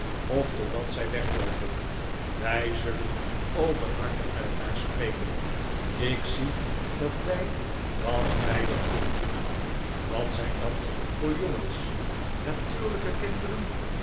of totdat zij wegloopen wij zullen openhartig met elkaar spreken ik zie dat wij dat veilig kunnen doen wat zijn dat voor jongens natuurlijke kinderen